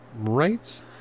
right